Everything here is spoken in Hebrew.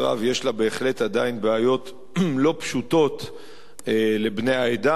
יש בהחלט עדיין בעיות לא פשוטות לבני העדה.